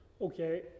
Okay